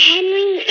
Henry